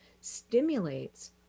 stimulates